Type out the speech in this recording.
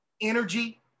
energy